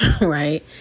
right